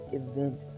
event